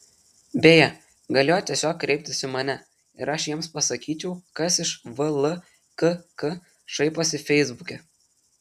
beje galėjo tiesiog kreiptis į mane ir aš jiems pasakyčiau kas iš vlkk šaiposi feisbuke